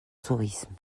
tourisme